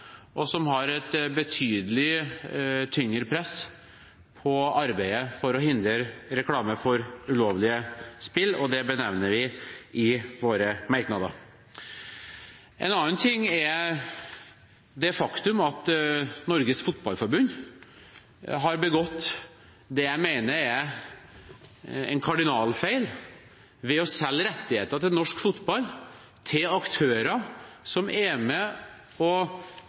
og som har et betydelig tyngre press på arbeidet for å hindre reklame for ulovlige spill, og det benevner vi i våre merknader. En annen ting er det faktum at Norges Fotballforbund har begått det jeg mener er en kardinalfeil ved å selge rettigheter til norsk fotball til aktører som er med og